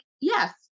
yes